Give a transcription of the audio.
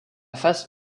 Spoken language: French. face